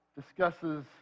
discusses